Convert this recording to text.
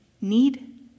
need